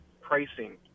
pricing